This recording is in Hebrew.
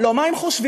לא מה הם חושבים,